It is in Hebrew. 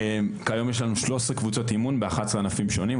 כיום יש לנו 13 קבוצות אימון ב-11 ענפים שונים,